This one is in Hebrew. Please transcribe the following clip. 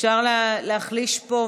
אפשר להחליש פה?